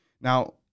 Now